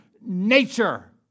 nature